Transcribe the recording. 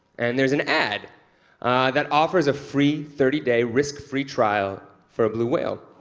and there's an ad that offers a free thirty day risk-free trial for a blue whale.